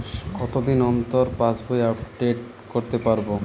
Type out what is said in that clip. কতদিন অন্তর পাশবই আপডেট করতে পারব?